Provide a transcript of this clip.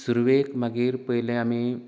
सुरवेक मागीर पयलें आमी